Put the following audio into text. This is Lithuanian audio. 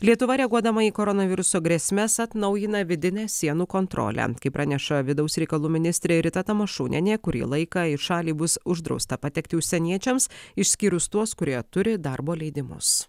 lietuva reaguodama į koronaviruso grėsmes atnaujina vidinę sienų kontrolę kaip praneša vidaus reikalų ministrė rita tamašunienė kurį laiką į šalį bus uždrausta patekti užsieniečiams išskyrus tuos kurie turi darbo leidimus